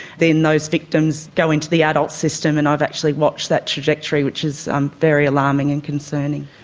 then those victims go into the adult system and i've actually watched that trajectory, which is um very alarming and concerning.